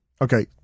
Okay